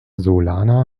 solana